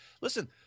Listen